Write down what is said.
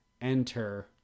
enter